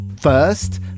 First